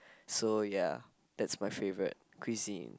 so ya that's my favourite cuisine